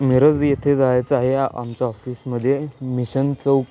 मिरज येथे जायचं आहे आमच्या ऑफिसमध्ये मिशन चौक